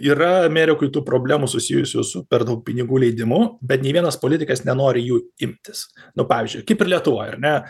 yra amerikoj tų problemų susijusių su per daug pinigų leidimu bet nei vienas politikas nenori jų imtis nu pavyzdžiui kaip ir lietuvoj ar ne